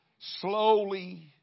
slowly